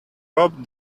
rope